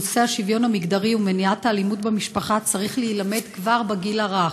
נושא השוויון המגדרי ומניעת האלימות במשפחה צריך להילמד כבר בגיל הרך.